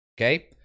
okay